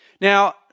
Now